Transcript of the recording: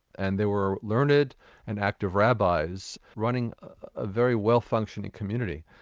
and there were learned and active rabbis running a very well functioning community.